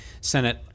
Senate